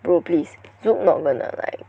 bro please Zouk not gonna like